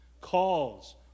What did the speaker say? calls